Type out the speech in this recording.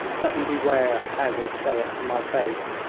let them beware how they say it to my face,